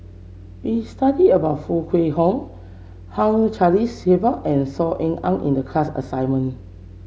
we studied about Foo Kwee Horng Hugh Charles Clifford and Saw Ean Ang in the class assignment